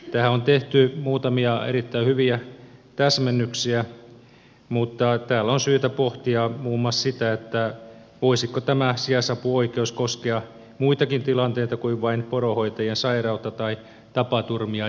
tähän on tehty muutamia erittäin hyviä täsmennyksiä mutta on syytä pohtia muun muassa sitä voisiko tämä sijaisapuoikeus koskea muitakin tilanteita kuin vain poronhoitajien sairautta tai tapaturmia